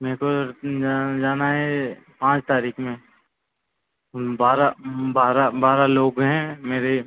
मेरे को जाना है पाँच तारीख में बारह बारह बारह लोग हैं मेरे